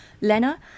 Lena